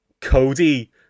Cody